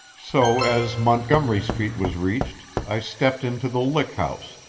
so as montgomery street was reached i stepped into the lick house,